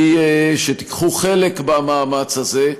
היא שתיקחו חלק במאמץ הזה,